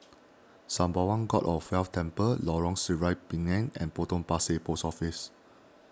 Sembawang God of Wealth Temple Lorong Sireh Pinang and Potong Pasir Post Office